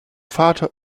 vater